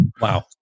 Wow